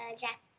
Jack